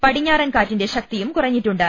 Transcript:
പടിഞ്ഞാ റൻ കാറ്റിന്റെ ശക്തിയും കുറഞ്ഞിട്ടുണ്ട്